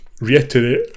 reiterate